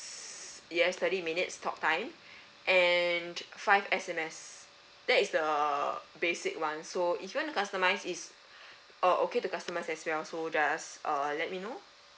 yes thirty minutes talk time and five S_M_S that is the basic one so if you want to customize it's uh okay the customize as well so just uh let me now